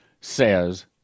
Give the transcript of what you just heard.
says